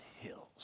hills